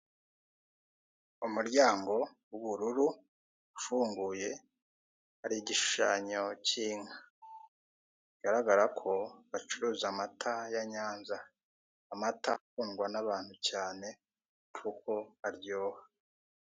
Umuryango w'ubururu, ufunguye, hari igishushanyo cy'inka. Bigaragara ko bacuruza amata ya Nyanza. Amata akundwa n'abantu cyane, kuko aryoha.